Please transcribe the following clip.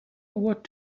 what